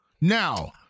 Now